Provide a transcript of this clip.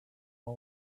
our